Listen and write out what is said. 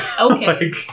Okay